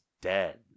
dead